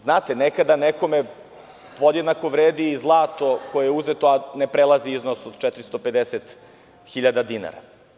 Znate, nekada nekome podjednako vredi zlato koje je uzeto, a ne prelazi iznos od 450.000 dinara.